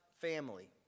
family